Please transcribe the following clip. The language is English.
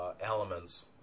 Elements